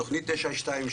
תוכנית 922,